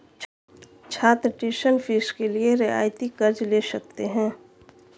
छात्र tuition fee के लिए रियायती कर्ज़ ले सकते हैं